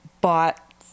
bought